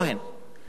אני חושב,